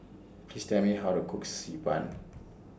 Please Tell Me How to Cook Xi Ban